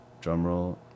drumroll